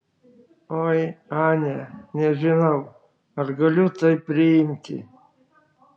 oi ane nežinau ar galiu tai priimti